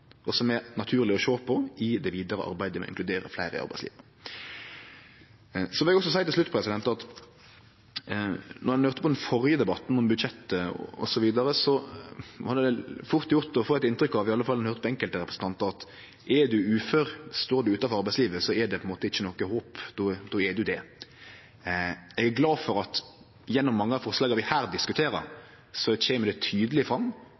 og som det er naturleg å sjå på i det vidare arbeidet med å inkludere fleire i arbeidslivet. Så vil eg også seie til slutt at når ein høyrde på den førre debatten, om budsjettet osv., så var det fort gjort å få eit inntrykk av – iallfall når ein høyrde på enkelte representantar – at er ein ufør, står ein utanfor arbeidslivet, så er det på ein måte ikkje noko håp, då er ein det. Eg er glad for at det gjennom mange av forslaga vi her diskuterer, kjem tydeleg fram